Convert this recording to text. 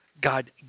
God